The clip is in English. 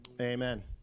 Amen